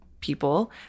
people